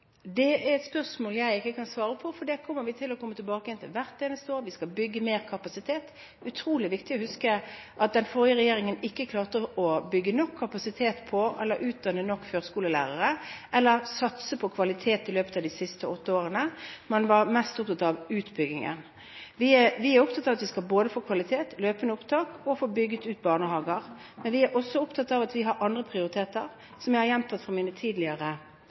Det er et spørsmål jeg ikke kan svare på, for det kommer vi til å komme tilbake til hvert eneste år. Vi skal bygge mer kapasitet. Det er utrolig viktig å huske at den forrige regjeringen ikke klarte å bygge nok kapasitet på, eller utdanne nok, førskolelærere eller satse på kvalitet i løpet av de siste åtte årene. Man var mest opptatt av utbyggingen. Vi er opptatt av at vi skal få både kvalitet og løpende opptak og få bygget ut barnehager, men vi er også opptatt av at vi har andre prioriteringer. Som jeg har gjentatt i mine tidligere